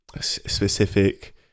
specific